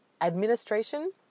administration